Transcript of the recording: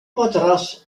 matras